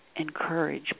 encourage